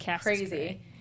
crazy